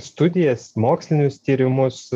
studijas mokslinius tyrimus